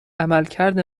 عملکرد